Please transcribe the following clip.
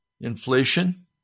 Inflation